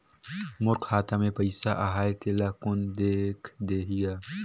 मोर खाता मे पइसा आहाय तेला कोन देख देही गा?